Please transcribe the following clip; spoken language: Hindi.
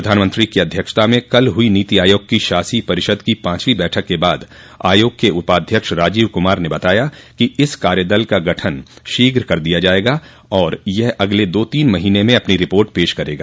प्रधानमंत्री की अध्यक्षता में कल हुई नीति आयोग की शासी परिषद की पांचवी बैठक के बाद आयोग के उपाध्यक्ष राजीव कुमार ने बताया कि इस कार्यदल का गठन शीघ्र कर दिया जाएगा और यह अगले दो तीन महीने में अपनी रिपोर्ट पेश करेगा